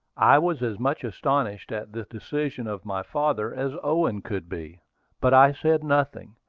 i was as much astonished at the decision of my father as owen could be but i said nothing,